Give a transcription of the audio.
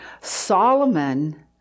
Solomon